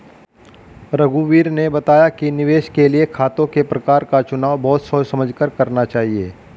रघुवीर ने बताया कि निवेश के लिए खातों के प्रकार का चुनाव बहुत सोच समझ कर करना चाहिए